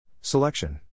Selection